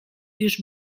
już